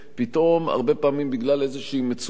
פתאום הרבה פעמים בגלל איזו מצוקה